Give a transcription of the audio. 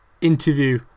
interview